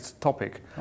topic